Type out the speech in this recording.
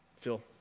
Phil